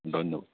ধন্য়